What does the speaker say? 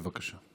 בבקשה.